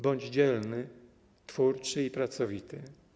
Bądź dzielny, twórczy i pracowity.